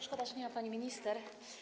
Szkoda, że nie ma pani minister.